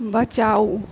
बचाउ